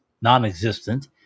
non-existent